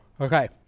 Okay